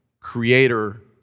creator